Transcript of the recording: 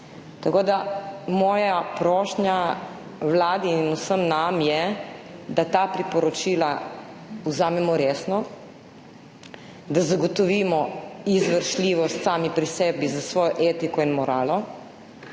bili. Moja prošnja Vladi in vsem nam je, da ta priporočila vzamemo resno, da zagotovimo izvršljivost sami pri sebi s svojo etiko in moralo